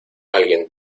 alguien